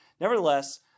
Nevertheless